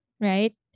Right